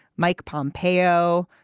mike pompeo.